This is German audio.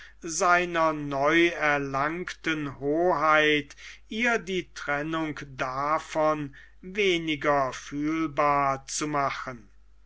seiner neuerlangten hoheit ihr die trennung davon weniger fühlbar zu machen